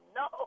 no